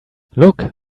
look